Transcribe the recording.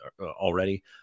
already